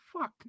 fuck